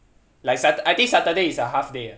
like sat~ I think saturday is a half day ah